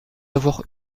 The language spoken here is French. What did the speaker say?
avoir